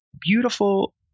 beautiful